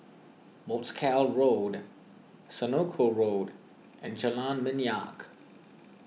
Wolskel Road Senoko Road and Jalan Minyak